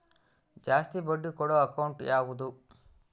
ಜಾಸ್ತಿ ಬಡ್ಡಿ ಕೊಡೋ ಅಕೌಂಟ್ ಯಾವುದು?